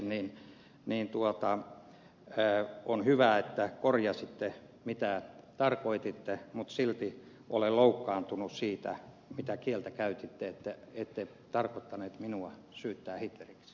mutta niin kuin totesin on hyvä että korjasitte mitä tarkoititte mutta silti olen loukkaantunut siitä mitä kieltä käytitte että ette tarkoittanut minua syyttää hitleriksi